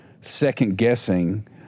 second-guessing